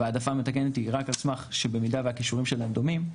וההעדפה המתקנת היא רק על סמך זה שבמידה והכישורים שלהם דומים,